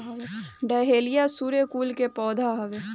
dahlia सूर्यकुल के पौधा हवे